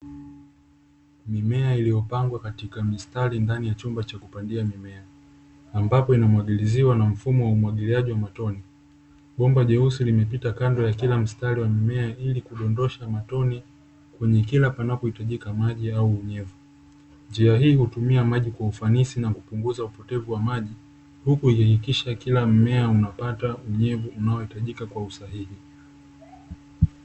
Mimea iliyopangwa katika mistari ndani ya chumba cha kupandia mimea, ambapo inamwagiliziwa na mfumo wa umwagiliaji wa matone. Bomba jeusi limepita kando ya kila mstari wa mimea ili kudondosha matone kwenye kila panapohitajika maji au unyevu. Njia hii hutumia maji kwa ufanisi na kupunguza upotevu wa maji, huku ikihakikisha kila mmea unapata unyevu unaojitajika kwa usahihi.